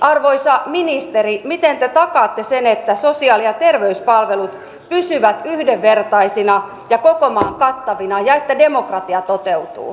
arvoisa ministeri miten te takaatte sen että sosiaali ja terveyspalvelut pysyvät yhdenvertaisina ja koko maan kattavina ja että demokratia toteutuu